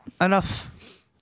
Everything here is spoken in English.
enough